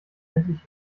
endlich